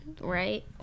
right